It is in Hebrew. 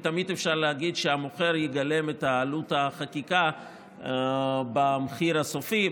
תמיד אפשר להגיד שהמוכר יגלם את עלות החקיקה במחיר הסופי.